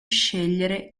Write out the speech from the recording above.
scegliere